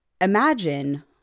Imagine